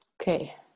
Okay